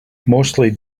mostly